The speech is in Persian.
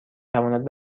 تواند